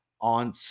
on